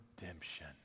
redemption